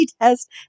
test